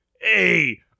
Hey